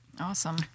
Awesome